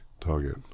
target